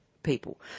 people